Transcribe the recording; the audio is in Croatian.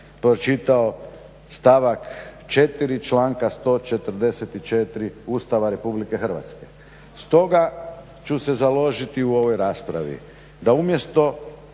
pročitao stavak 4. članka 144. Ustava Republike Hrvatske. Stoga ću se založiti u ovoj raspravi da umjesto